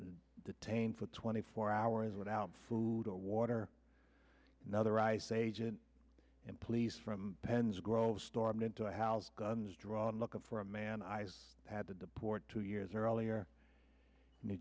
to detain for twenty four hours without food or water another ice agent and police from pens grove stormed into a house guns drawn looking for a man i had to deport two years earlier new